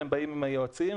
הם באים עם היועצים,